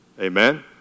Amen